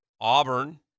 Auburn